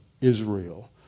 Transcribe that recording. Israel